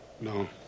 No